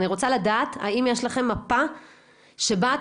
אני רוצה לדעת האם יש לכם מפה שבה את